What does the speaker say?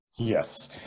Yes